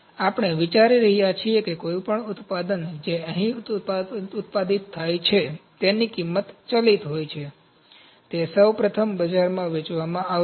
તેથી આપણે વિચારી રહ્યા છીએ કે કોઈપણ ઉત્પાદન જે અહીં ઉત્પાદિત થાય છે તેની કિંમત ચલિત હોય છે તે સૌપ્રથમ બજારમાં વેચવામાં આવશે